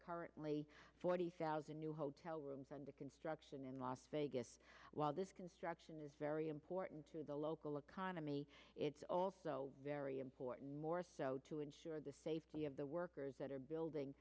currently forty thousand new hotel rooms under construction in las vegas while this construction is very important to the local economy it's also very important more so to ensure the safety of the workers that are